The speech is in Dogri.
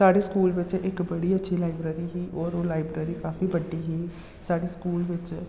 साढ़े स्कूल बिच्च इक बड़ी अच्छी लाइब्रेरी ही और ओह् लाइब्रेरी काफी बड्डी ही साढ़े स्कूल बिच्च